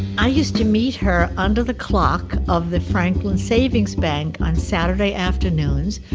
i used to meet her under the clock of the franklin savings bank on saturday afternoons.